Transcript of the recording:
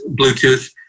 Bluetooth